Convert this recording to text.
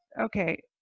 okay